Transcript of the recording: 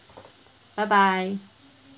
bye bye